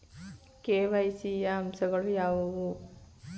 KYC ಯ ಅಂಶಗಳು ಯಾವುವು?